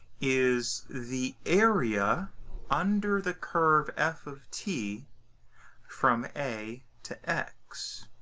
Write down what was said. is the area under the curve f of t from a to x.